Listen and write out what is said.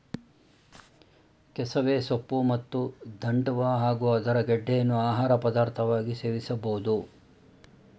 ಕೆಸವೆ ಸೊಪ್ಪು ಮತ್ತು ದಂಟ್ಟ ಹಾಗೂ ಅದರ ಗೆಡ್ಡೆಯನ್ನು ಆಹಾರ ಪದಾರ್ಥವಾಗಿ ಸೇವಿಸಬೋದು